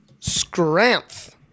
Scramph